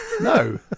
No